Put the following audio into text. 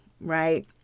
Right